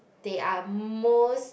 they are most